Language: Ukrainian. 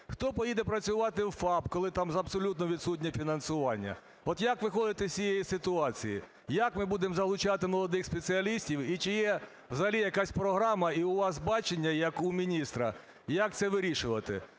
Хто поїде працювати у ФАП, коли там абсолютно відсутнє фінансування? От як виходити з цієї ситуації? Як ми будемо залучати молодих спеціалістів і чи є взагалі якась програма і у вас бачення як у міністра, як це вирішувати?